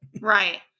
right